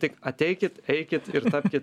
tik ateikit eikit ir tapkit